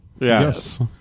yes